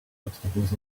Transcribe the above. obstacles